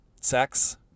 sex